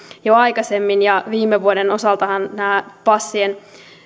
jo aikaisemmin ja viime vuoden osaltahan nämä passien